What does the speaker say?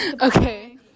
Okay